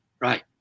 Right